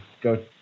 go